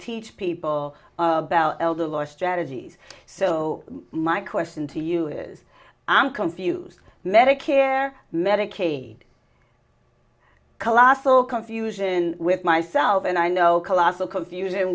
teach people about elder law strategies so my question to you is i'm confused medicare medicaid colossal confusion with myself and i know colossal confusi